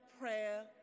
prayer